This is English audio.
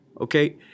okay